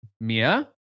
Mia